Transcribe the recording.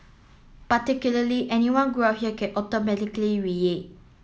particularly anyone grew up here can automatically